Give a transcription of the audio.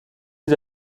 les